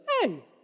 Hey